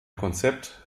konzept